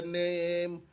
name